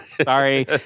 Sorry